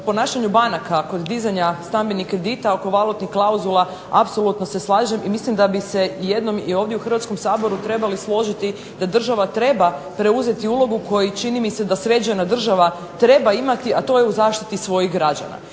o ponašanju banaka kod dizanja stambenih kredita oko valutnih klauzula apsolutno se slažem i mislim da bi se jednom ovdje u Hrvatskom saboru trebali složiti da država treba preuzeti ulogu koju čini mi se da sređena država treba imati a to je u zaštiti svojih građana.